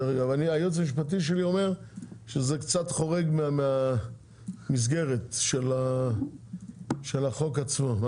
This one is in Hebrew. הייעוץ המשפטי שלי אומר שזה קצת חורג מהמסגרת של החוק עצמו.